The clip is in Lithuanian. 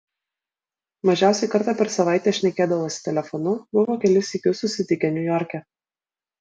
mažiausiai kartą per savaitę šnekėdavosi telefonu buvo kelis sykius susitikę niujorke